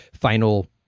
final